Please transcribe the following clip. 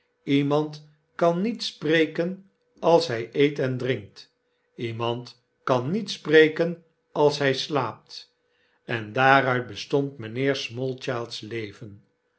iemand kan niet spreken als hij eet en drinkt iemand kan niet spreken als hij slaapt en daaruit bestond mijnheer smallchild's leven